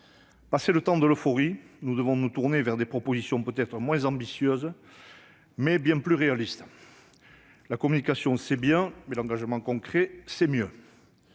Passé le temps de l'euphorie, nous devons nous tourner vers des propositions peut-être moins ambitieuses, mais bien plus réalistes. La communication c'est bien, mais l'engagement concret c'est mieux